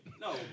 No